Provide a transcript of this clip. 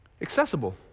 Accessible